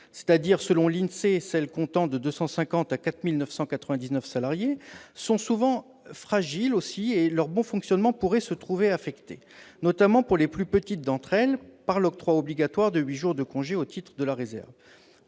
classification l'INSEE, comptent de 250 à 4 999 salariés, sont souvent fragiles et leur bon fonctionnement pourrait se trouver affecté, notamment pour les plus petites d'entre elles, par l'octroi obligatoire de huit jours de congé au titre de la réserve.